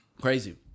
crazy